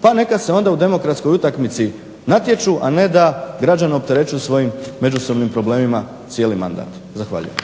pa neka se onda u demokratskoj utakmici natječu, a ne da građane opterećuju svojim međusobnim problemima cijeli mandat. Zahvaljujem.